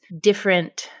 different